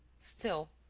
still.